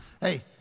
Hey